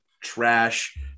trash